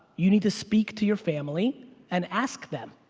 you need to speak to your family and ask them.